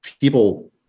people